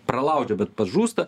pralaužia bet pats žūsta